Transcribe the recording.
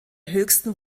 höchsten